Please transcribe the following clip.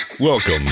Welcome